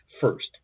first